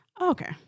Okay